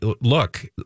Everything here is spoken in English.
look